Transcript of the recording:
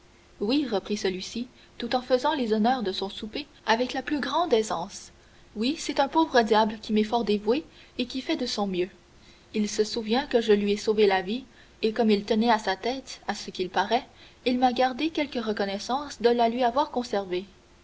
oui reprit celui-ci tout en faisant les honneurs de son souper avec la plus grande aisance oui c'est un pauvre diable qui m'est fort dévoué et qui fait de son mieux il se souvient que je lui ai sauvé la vie et comme il tenait à sa tête à ce qu'il paraît il m'a gardé quelque reconnaissance de la lui avoir conservée